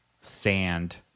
sand